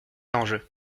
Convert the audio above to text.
enjeu